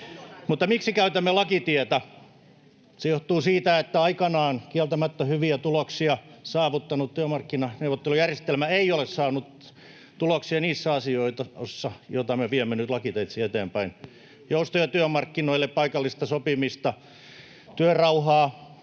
Miksi käytämme lakitietä? Se johtuu siitä, että aikanaan kieltämättä hyviä tuloksia saavuttanut työmarkkinaneuvottelujärjestelmä ei ole saanut tuloksia niissä asioissa, joita me viemme nyt lakiteitse eteenpäin: joustoja työmarkkinoille, paikallista sopimista, työrauhaa,